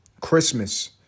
Christmas